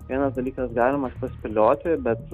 vienas dalykas galima paspėlioti bet